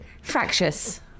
fractious